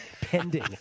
pending